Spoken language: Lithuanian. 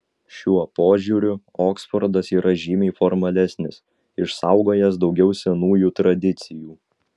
šiuo požiūriu oksfordas yra žymiai formalesnis išsaugojęs daugiau senųjų tradicijų